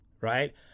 right